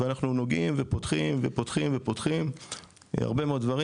ואנחנו נוגעים ופותחים הרבה מאוד דברים.